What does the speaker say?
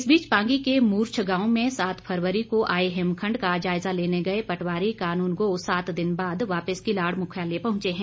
इस बीच पांगी के मूर्छ गांव में सात फरवरी को आए हिमखंड का जायजा लेने गए पटवारी कानूनगो सात दिन बाद वापिस किलाड़ मुख्यालय पहुंचे हैं